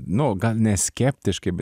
nu gal ne skeptiškai bet